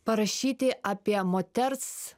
parašyti apie moters